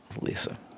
Lisa